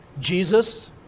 Jesus